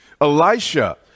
Elisha